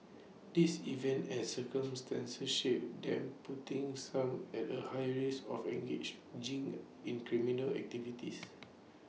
these events as circumstances shape them putting some at A higher risk of engage in criminal activities